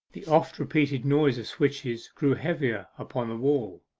the oft-repeated noise of switches grew heavier upon the wall,